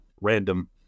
random